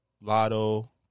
lotto